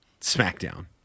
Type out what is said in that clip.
Smackdown